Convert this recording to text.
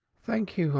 thank you,